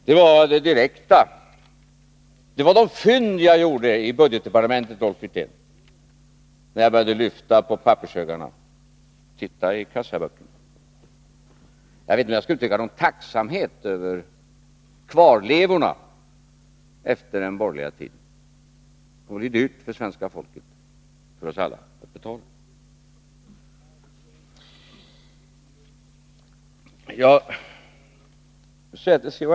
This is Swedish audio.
Det var de fynd jag gjorde i budgetdepartementet, Rolf Wirtén, när jag 39 började lyfta på pappershögarna och titta i kassaböckerna. Jag vet inte om jag skall uttrycka någon tacksamhet över kvarlevorna efter den borgerliga tiden. Det kommer att bli dyrt för svenska folket, för oss alla, att betala. Jag vill säga till C.-H.